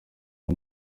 nka